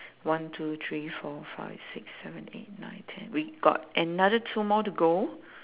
one two three four five six seven eight nine ten we got another two more to go